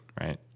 right